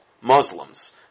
Muslims